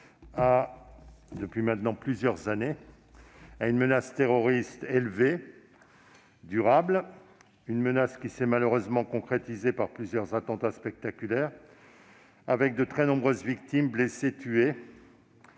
depuis maintenant plusieurs années à une menace terroriste élevée, durable, qui s'est malheureusement concrétisée par plusieurs attentats spectaculaires entraînant de très nombreuses victimes blessées, tuées,